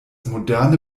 moderne